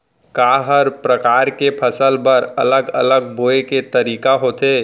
का हर प्रकार के फसल बर अलग अलग बोये के तरीका होथे?